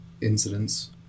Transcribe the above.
incidents